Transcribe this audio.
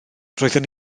roeddwn